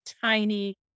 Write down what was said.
tiny